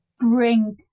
bring